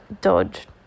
dodge